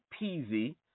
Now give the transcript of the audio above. Peasy